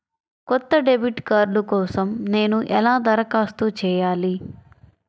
కొత్త debit card కోసం నేను ఎలా దరఖాస్తు చేయాలి?